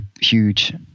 huge